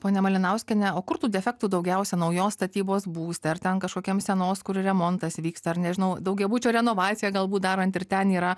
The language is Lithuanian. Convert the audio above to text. ponia malinauskiene o kur tų defektų daugiausiai naujos statybos būste ar ten kažkokiam senos kur remontas vyksta ar nežinau daugiabučio renovaciją galbūt darant ir ten yra